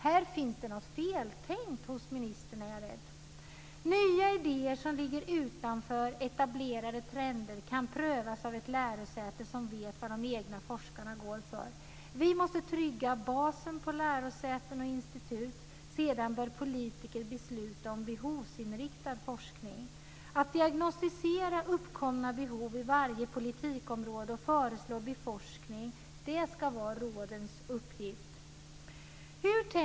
Här finns det något feltänkt hos ministern. Nya idéer som ligger utanför etablerade trender kan prövas av ett lärosäte som vet vad de egna forskarna går för. Vi måste trygga basen på lärosäten och institut. Sedan bör politiker besluta om behovsinriktad forskning. Att diagnostisera uppkomna behov i varje politikområde och föreslå forskning ska vara rådens uppgift.